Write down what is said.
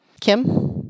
Kim